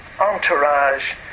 entourage